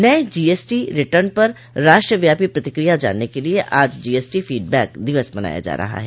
नये GST return पर राष्ट्रव्यापी प्रतिक्रिया जानने के लिये आज जीएसटी फीडबैक दिवस मनाया जा रहा है